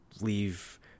leave